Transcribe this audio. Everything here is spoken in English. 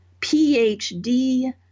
PhD